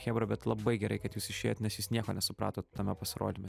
chebra bet labai gerai kad jūs išėjot nes jūs nieko nesupratot tame pasirodyme